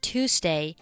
Tuesday